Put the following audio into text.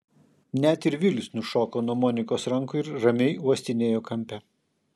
net ir vilis nušoko nuo monikos rankų ir ramiai uostinėjo kampe